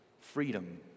freedom